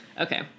Okay